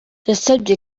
yasabye